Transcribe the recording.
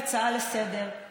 במסגרת ההצעה לסדר-היום,